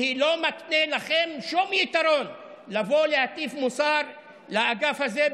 והיא לא מקנה לכם שום יתרון לבוא להטיף מוסר לאגף הזה,